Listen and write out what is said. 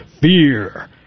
Fear